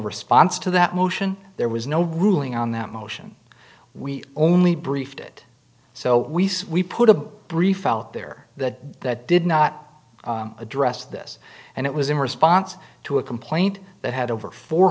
response to that motion there was no ruling on that motion we only briefed it so we sui put a brief there that that did not address this and it was in response to a complaint that had over four